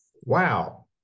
Wow